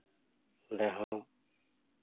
ᱚᱸᱰᱮ ᱦᱚᱸ